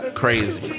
crazy